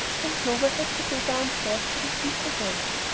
then clover had to go downstairs to receive the guests,